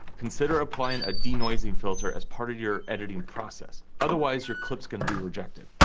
consider applying a de-noising filter as part of your editing process. otherwise, your clip's gonna be rejected.